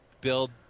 build